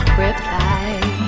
reply